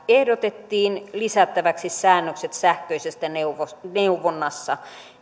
ehdotettiin lisättäväksi säännökset sähköisestä neuvonnasta